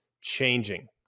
changing